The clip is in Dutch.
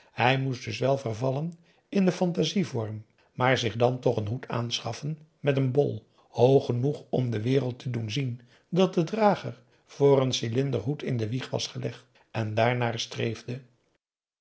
hij moest dus wel vervallen in den phantasie vorm maar zich p a daum hoe hij raad van indië werd onder ps maurits dan toch n hoed aanschaffen met een bol hoog genoeg om de wereld te doen zien dat de drager voor een cylinderhoed in de wieg was gelegd en daarnaar